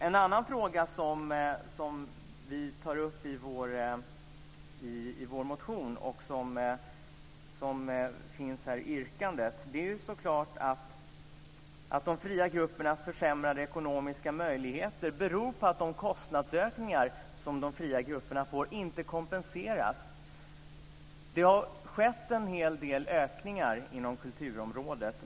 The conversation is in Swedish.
En annan fråga som vi tar upp i vår motion och som finns med i yrkandet är att det är klart att de fria gruppernas försämrade ekonomiska möjligheter beror på att de kostnadsökningar som de får inte kompenseras. Det har skett en hel del ökningar inom kulturområdet.